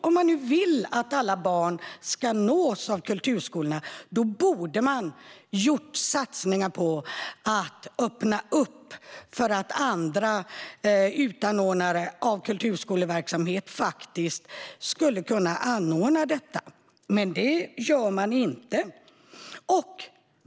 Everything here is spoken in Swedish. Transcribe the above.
Om man nu vill att alla barn ska nås av kulturskolorna borde man ha gjort satsningar på att öppna för att andra anordnare av kulturskoleverksamhet ska kunna anordna detta, men det gör man inte.